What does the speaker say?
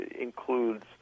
includes